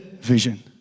vision